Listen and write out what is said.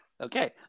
Okay